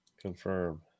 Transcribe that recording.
Confirm